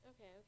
okay